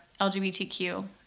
LGBTQ